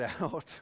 out